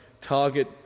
Target